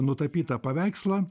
nutapytą paveikslą